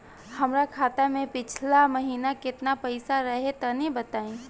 हमरा खाता मे पिछला महीना केतना पईसा रहे तनि बताई?